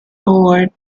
award